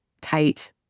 tight